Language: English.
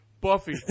buffy